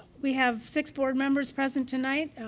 we have six board members present tonight.